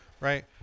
Right